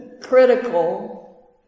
critical